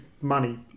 money